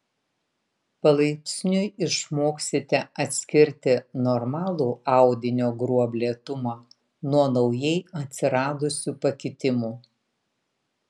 palaipsniui išmoksite atskirti normalų audinio gruoblėtumą nuo naujai atsiradusių pakitimų